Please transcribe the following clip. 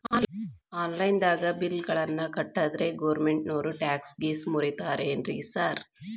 Online ದಾಗ bill ಗಳನ್ನಾ ಕಟ್ಟದ್ರೆ ಗೋರ್ಮೆಂಟಿನೋರ್ ಟ್ಯಾಕ್ಸ್ ಗೇಸ್ ಮುರೇತಾರೆನ್ರಿ ಸಾರ್?